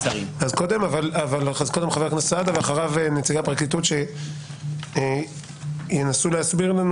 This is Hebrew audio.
אחריו נציגי הפרקליטות שינסו להסביר לנו